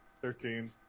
Thirteen